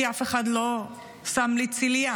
כי אף אחד לא שם לי צילייה,